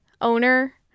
owner